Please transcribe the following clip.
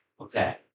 Okay